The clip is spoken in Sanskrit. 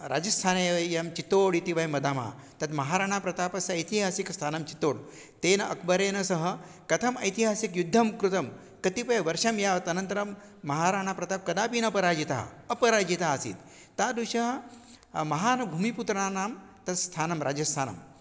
राजस्थाने अयं चित्तोड् इति वयं वदामः तत् महाराणाप्रतापस्य इतिहासिकस्तानं चित्तोड् तेन अक्बरेन सह कथम् ऐतिहासिक् युद्धं कृतं कतिपय वर्षं यावत् अनन्तरं महाराणाप्रताप् कदापि न पराजितः अपराजितः आसीत् तादृशा महान् भूमिपुत्रानां तस् स्थानं राजस्थानं